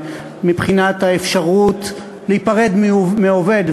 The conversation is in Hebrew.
מבחינת האפשרות להיפרד מעובד,